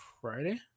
Friday